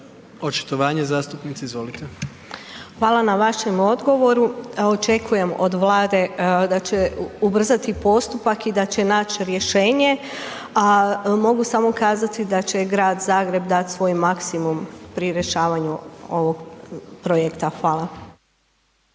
Ermina (Nezavisni)** Hvala na vašem odgovoru. Očekujem od Vlade da će ubrzati postupak i da će nać rješenje, a mogu samo kazati da će Grad Zagreb dati svoj maksimum pri rješavanju ovog projekta. Hvala.